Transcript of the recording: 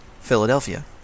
Philadelphia